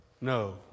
No